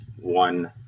one